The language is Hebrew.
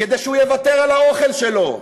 כדי שהוא יוותר על האוכל שלו,